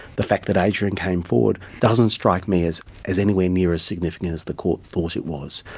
the fact that adrian came forward, doesn't strike me as as anywhere near as significant as the court thought it was.